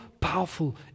powerful